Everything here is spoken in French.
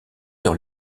dans